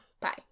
bye